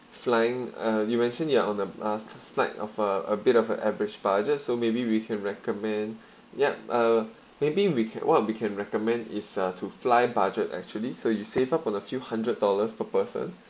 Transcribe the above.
flying uh you mention you are on the uh slight of uh a bit of uh average budget so maybe we can recommend yup uh maybe we can what we can recommend is uh to fly budget actually so you save up on a few hundred dollars per person